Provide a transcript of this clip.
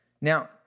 Now